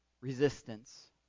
resistance